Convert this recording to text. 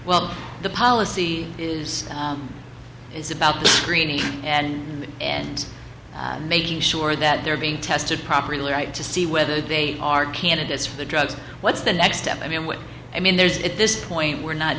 well the policy is it's about the screening and and making sure that they're being tested properly right to see whether they are candidates for the drugs what's the next step i mean what i mean there's at this point we're not